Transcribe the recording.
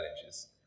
challenges